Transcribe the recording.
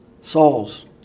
Souls